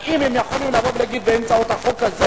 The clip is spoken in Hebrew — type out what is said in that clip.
האם הם יכולים לבוא ולהגיד באמצעות החוק הזה: